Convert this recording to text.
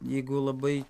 jeigu labai